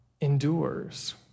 endures